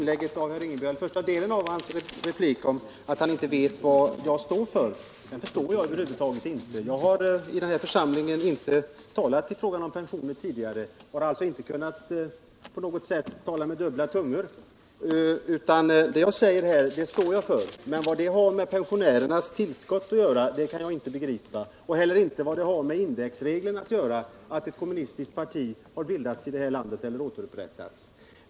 Herr talman! Första delen av herr Ringabys replik —att han inte vet vad jag står för — förstår jag över huvud taget inte. Jag har i den här församlingen inte talat i frågan om pensioner tidigare, och jag har alltså inte på något sätt kunnat tala med dubbel tunga. Det jag säger här det står jag för. Men vad återupprättandet av det kommunistiska partiet i landet har att göra med pensionärernas tillskott kan jag inte begripa, inte heller vad det har med indexregeln att göra.